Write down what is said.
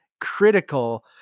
critical